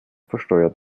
versteuert